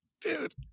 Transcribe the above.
dude